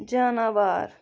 جاناوار